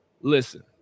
listen